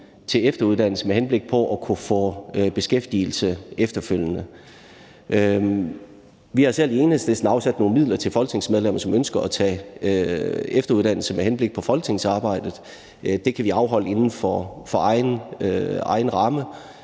til efteruddannelse med henblik på at kunne få beskæftigelse efterfølgende. Vi har selv i Enhedslisten afsat nogle midler til folketingsmedlemmer, som ønsker at tage efteruddannelse med henblik på folketingsarbejdet, og det kan vi afholde inden for egen ramme.